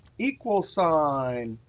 equals sign,